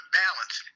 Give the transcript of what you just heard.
balance